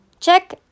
Check